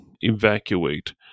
evacuate